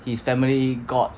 his family got